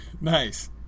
Nice